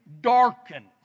darkened